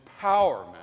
empowerment